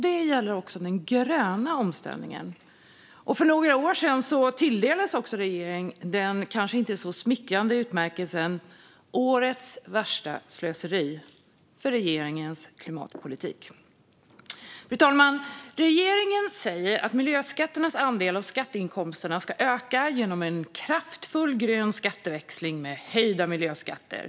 Det gäller också den gröna omställningen. För några år sedan tilldelades regeringen den kanske inte så smickrande utmärkelsen Årets värsta slöseri för sin klimatpolitik. Fru talman! Regeringen säger att miljöskatternas andel av skatteinkomsterna ska öka genom en kraftfull grön skatteväxling med höjda miljöskatter.